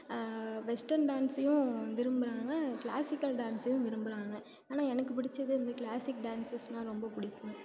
western டான்ஸையும் விரும்புகிறாங்க classical டான்ஸையும் விரும்புகிறாங்க ஆனால் எனக்கு பிடிச்சது வந்து கிளாசிக் டான்ஸஸ்ன்னா ரொம்ப பிடிக்கும்